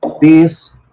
peace